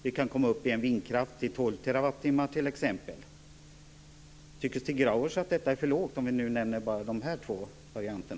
Vi kan t.ex. med vindkraft komma upp i 2 terawattimmar. Tycker Stig Grauers att detta är för lågt, för att nämna bara dessa två varianter?